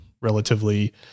relatively